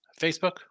Facebook